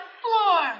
floor